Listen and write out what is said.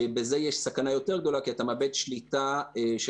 ובזה יש סכנה יותר גדולה כי אתה מאבד שליטה של